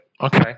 okay